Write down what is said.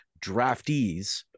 draftees